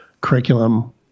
curriculum